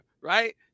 right